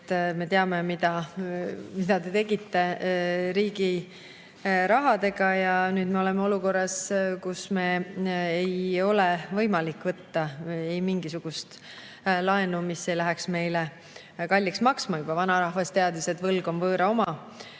Me teame, mida te tegite riigi rahaga. Nüüd me oleme olukorras, kus meil ei ole võimalik võtta mitte mingisugust laenu, mis ei läheks meile kalliks maksma. Juba vanarahvas teadis, et võlg on võõra oma.